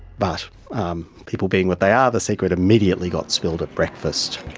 but um people being what they are, the secret immediately got spilled at breakfast.